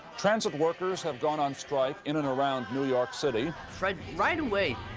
transit workers have gone on strike in and around new york city. fred, right away,